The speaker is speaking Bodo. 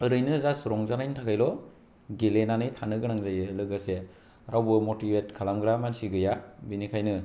ओरैनो जास रंजानायनि थाखायल' गेलेनानै थानो गोनां जायो लोगोसे रावबो मटिबेट खालामग्रा मानसि गैया बिनिखायनो